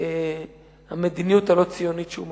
המדיניות הלא-ציונית שהוא מנהיג.